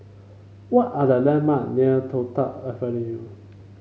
what are the landmark near Toh Tuck Avenue